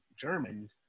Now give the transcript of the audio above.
Germans